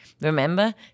Remember